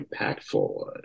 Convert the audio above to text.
impactful